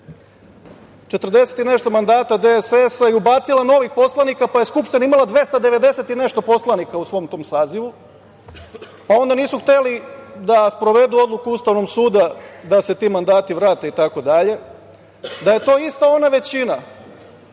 stranke Srbije i ubacila novih poslanika, pa je Skupština imala 290 i nešto poslanika u svom tom sazivu. Onda nisu hteli da sprovedu odluku Ustavnog suda da se ti mandati vrate itd. Da je to ista ona većina